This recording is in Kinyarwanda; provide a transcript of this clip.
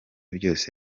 byose